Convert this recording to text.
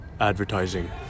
advertising